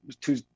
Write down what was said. two